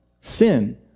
Sin